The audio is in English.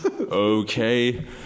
Okay